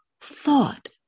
thought